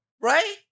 Right